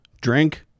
drink